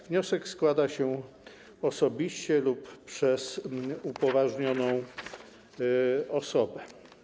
Wniosek składa się osobiście lub przez upoważnioną osobę.